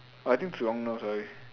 oh I think Zhi-Hong knows sorry